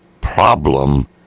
problem